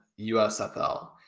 USFL